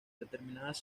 determinadas